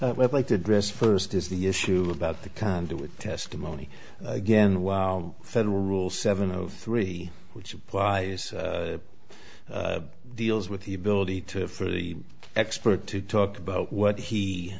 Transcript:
you like the dress first is the issue about the conduit testimony again while federal rules seven of three which applies the eels with the ability to for the expert to talk about what he